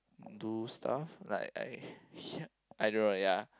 do stuff like I I don't know ya